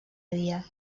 dia